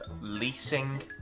leasing